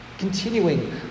continuing